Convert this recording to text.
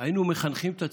היינו מחנכים את הציבור,